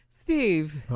Steve